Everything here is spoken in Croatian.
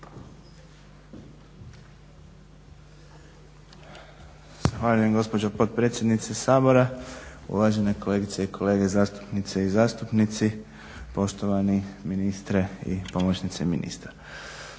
Zahvaljujem gospođo potpredsjednice Sabora. Uvažene kolegice i kolege zastupnice i zastupnici, poštovani ministre i pomoćnice ministra.